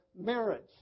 marriage